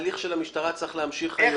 ההליך של המשטרה צריך להמשיך.